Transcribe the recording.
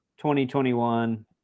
2021